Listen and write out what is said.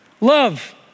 love